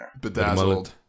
bedazzled